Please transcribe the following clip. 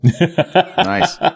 Nice